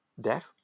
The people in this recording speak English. death